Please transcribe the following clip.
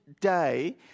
day